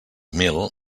mil